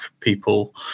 people